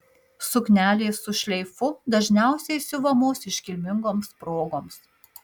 suknelės su šleifu dažniausiai siuvamos iškilmingoms progoms